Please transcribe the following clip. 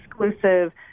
exclusive